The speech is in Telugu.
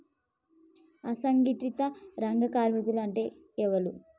అసంఘటిత రంగ కార్మికులు అంటే ఎవలూ?